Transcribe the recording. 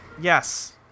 Yes